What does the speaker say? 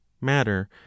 matter